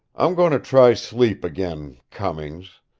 i'm going to try sleep again, cummings.